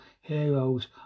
heroes